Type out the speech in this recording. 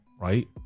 right